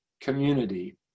community